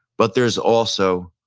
but there's also,